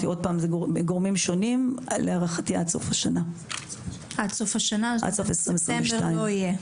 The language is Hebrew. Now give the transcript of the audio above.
יהיה מוכן עד סוף שנת 2022. כלומר עד ספטמבר הוא לא יהיה.